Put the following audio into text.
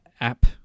App